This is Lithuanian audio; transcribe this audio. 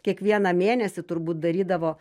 kiekvieną mėnesį turbūt darydavo